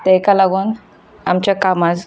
तेका लागून आमच्या कामा